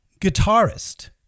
guitarist